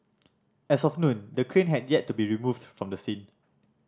as of noon the crane had yet to be removed from the scene